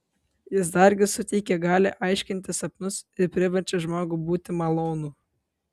jis dargi suteikia galią aiškinti sapnus ir priverčia žmogų būti malonų